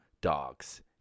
dogs